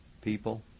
people